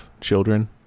children